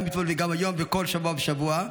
גם אתמול וגם היום ובכל שבוע ושבוע,